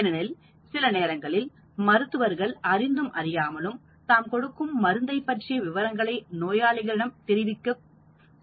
ஏனெனில்சில நேரங்களில் மருத்துவர் அறிந்தும் அறியாமலும் தாம் கொடுக்கும் மருந்தைப் பற்றிய விவரங்களை நோயாளிகளிடம் தெரிவிக்க கூடாது